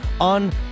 on